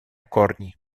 корни